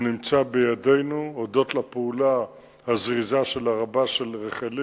הוא נמצא בידינו הודות לפעולה הזריזה של הרב"ש של רחלים.